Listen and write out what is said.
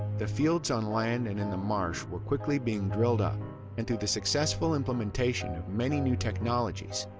the fields on land and in the marsh were quickly being drilled up and through the successful implementation of many new technologies,